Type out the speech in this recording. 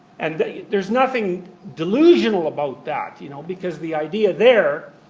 and there's nothing delusional about that, you know, because the idea there,